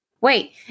Wait